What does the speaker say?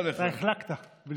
אתה החלקת בלשונך.